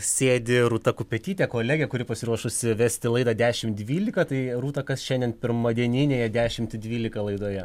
sėdi rūta kupetytė kolegė kuri pasiruošusi vesti laidą dešim dvylika tai rūta kas šiandien pirmadieninėje dešimt dvylika laidoje